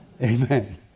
Amen